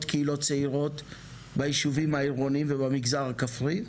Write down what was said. קהילות צעירות ביישובים העירוניים ובמגזר הכפרי,